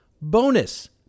bonus